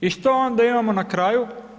I što onda imamo na kraju?